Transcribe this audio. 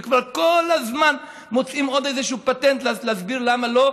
וכבר כל הזמן מוצאים איזשהו פטנט להסביר למה לא,